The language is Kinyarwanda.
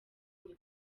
niko